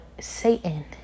Satan